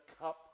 cup